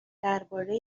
درباره